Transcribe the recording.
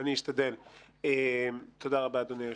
אדוני היושב-ראש.